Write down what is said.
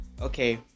Okay